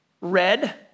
red